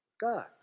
God